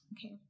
Okay